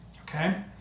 okay